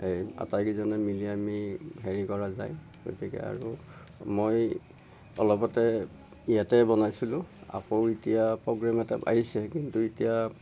এই আটাইকেইজনে মিলি আমি হেৰি কৰা যায় গতিকে আৰু মই অলপতে ইয়াতে বনাইছিলোঁ আকৌ এতিয়া প্ৰগ্ৰেম এটা আহিছে কিন্তু এতিয়াঁ